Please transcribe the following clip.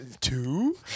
two